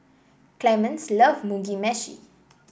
Clemens loves Mugi Meshi